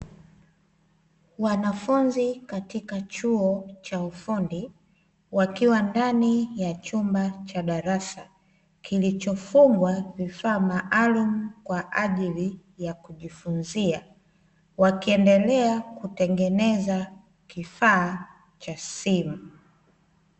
Wanafunzi katika chuo cha ufundi, wakiwa ndani ya chumba cha darasa kilichofungwa kifaa maalum kwa ajili ya kujifunzia, wakiendelea kutengeneza kifaa cha simu.